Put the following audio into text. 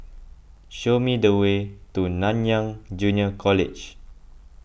show me the way to Nanyang Junior College